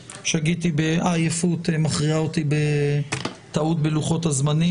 העייפות מכריעה אותי לטעות בלוחות הזמנים.